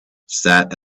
sat